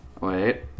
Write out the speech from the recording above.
Wait